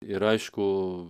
ir aišku